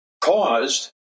caused